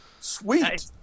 Sweet